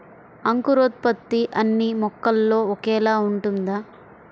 అంకురోత్పత్తి అన్నీ మొక్కల్లో ఒకేలా ఉంటుందా?